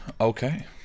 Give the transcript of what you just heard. Okay